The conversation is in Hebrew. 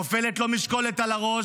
נופלת לו משקולת על הראש,